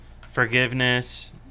forgiveness